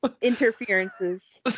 interferences